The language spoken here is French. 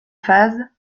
phases